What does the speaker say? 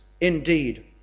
indeed